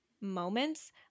moments